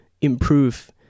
improve